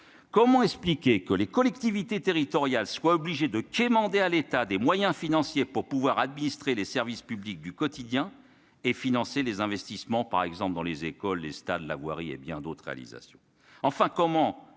comment expliquer que les collectivités territoriales soient obligés de quémander à l'état des moyens financiers pour pouvoir administrer les services publics du quotidien et financer les investissements, par exemple dans les écoles, les stades, la voirie et bien d'autres réalisations enfin comment